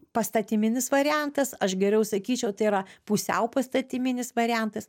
pastatyminis variantas aš geriau sakyčiau tai yra pusiau pastatyminis variantas